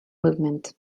movement